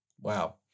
Wow